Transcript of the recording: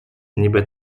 niby